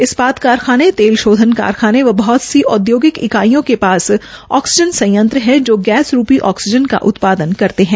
इस्पात कारखाने तेल शोधन कारखाने और बहत सी औद्योगिक ईकाइयां के पास ऑक्सीजन संयंत्र है जो गैस रूपी ऑक्सीजन का उत्पादन करते है